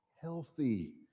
healthy